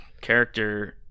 character